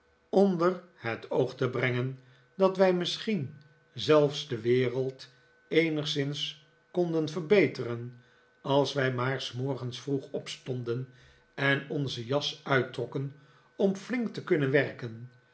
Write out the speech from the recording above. onder het oog te brengen dat wij misschien zelfs de wereld eenigszins konden verbeteren als wij maar s morgens vroeg opstonden en onze jas uittrokken om flink te kunnen werken